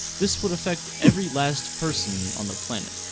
this would affect every last person on the planet